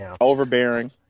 Overbearing